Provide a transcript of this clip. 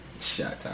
shot